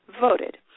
voted